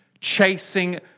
Chasing